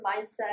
mindset